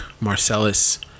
Marcellus